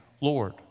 Lord